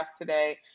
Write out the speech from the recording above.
today